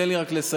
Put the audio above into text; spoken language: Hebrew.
תן לי רק לסיים.